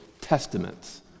Testaments